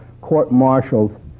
court-martialed